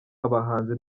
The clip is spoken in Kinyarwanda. abahanzi